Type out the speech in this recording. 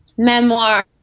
Memoir